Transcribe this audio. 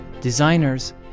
designers